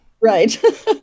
right